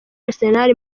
arsenal